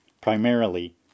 primarily